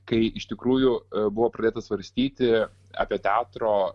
kai iš tikrųjų buvo pradėta svarstyti apie teatro